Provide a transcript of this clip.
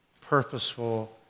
purposeful